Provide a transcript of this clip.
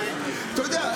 אתה יודע,